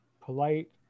polite